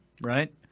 right